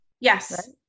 Yes